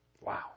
Wow